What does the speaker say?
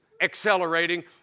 accelerating